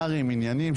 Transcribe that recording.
הווטרינרים ועניינים,